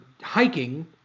hiking